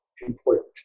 important